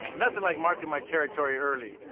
nothing like marking my territory early.